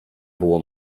było